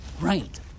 Right